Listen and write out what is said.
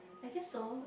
I guess so